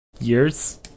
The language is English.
Years